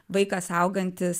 vaikas augantis